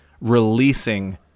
releasing